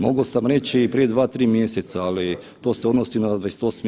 Mogao sam reći i prije 2-3 mjeseca, ali to se odnosi na 28.